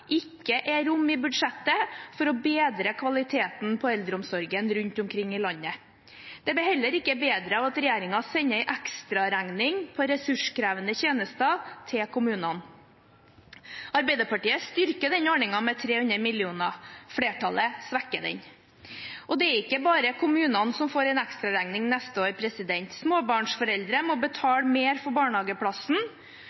ikke er rom i budsjettet for å bedre kvaliteten på eldreomsorgen rundt omkring i landet. Det blir heller ikke bedre av at regjeringen sender en ekstraregning på ressurskrevende tjenester til kommunene. Arbeiderpartiet styrker denne ordningen med 300 mill. kr. Flertallet svekker den. Det er ikke bare kommunene som får en ekstraregning neste år. Småbarnsforeldre må